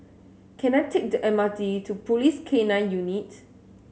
can I take the M R T to Police K Nine Unit